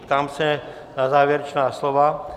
Ptám se na závěrečná slova.